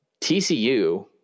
TCU